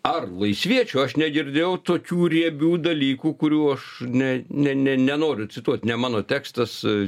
ar laisviečių aš negirdėjau tokių riebių dalykų kurių aš ne ne ne nenoriu cituot ne mano tekstas